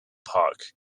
park